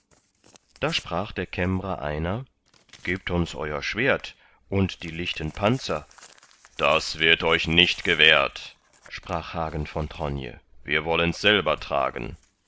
da sprach der kämmrer einer gebt uns euer schwert und die lichten panzer das wird euch nicht gewährt sprach hagen von tronje wir wollens selber tragen